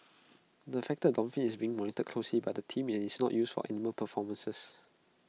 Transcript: the affected dolphin is being monitored closely by the team and is not used for animal performances